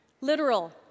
Literal